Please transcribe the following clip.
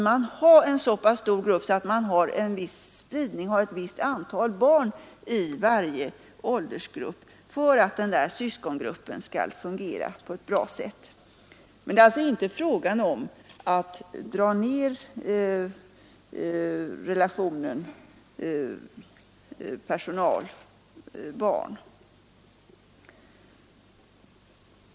För att syskongruppen skall fungera på ett bra sätt måste man ha en så pass stor grupp att den innehåller ett visst antal barn i varje åldersgrupp. Men det är inte fråga om att dra ner relationen personal—barn.